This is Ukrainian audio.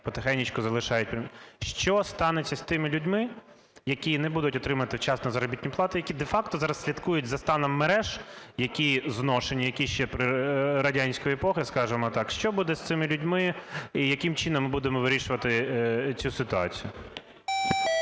потихенечку залишають, що станеться з тими людьми, які не будуть отримувати вчасно заробітну плату, які де-факто зараз слідкують за станом мереж, які зношені, які ще за радянської епохи, скажімо так, що буде з цими людьми і яким чином ми будемо вирішувати цю ситуацію?